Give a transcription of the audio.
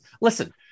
Listen